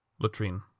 latrine